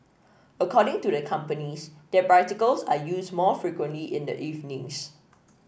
according to the companies their bicycles are used more frequently in the evenings